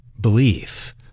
belief